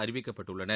அறிவிக்கப்பட்டுள்ளனர்